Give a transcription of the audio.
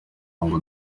ngo